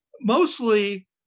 mostly